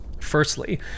Firstly